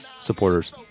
supporters